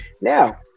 Now